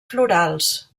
florals